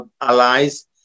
allies